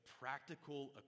practical